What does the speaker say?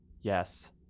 Yes